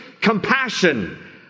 compassion